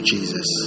Jesus